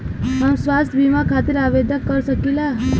हम स्वास्थ्य बीमा खातिर आवेदन कर सकीला?